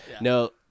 no